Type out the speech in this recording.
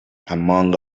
among